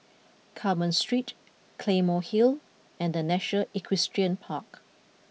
Carmen Street Claymore Hill and the National Equestrian Park